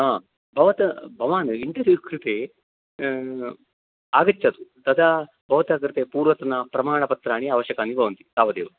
हा भवत् भवान् इन्टेर्व्यू कृते आगच्छतु तदा भवता कृते पूर्वतनप्रामाणपत्राणि आवश्यकानि भवन्ति तावदेव